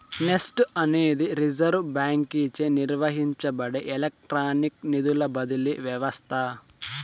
NEFT అనేది reserve బాంకీచే నిర్వహించబడే ఎలక్ట్రానిక్ నిధుల బదిలీ వ్యవస్త